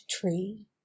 Tree